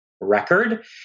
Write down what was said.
record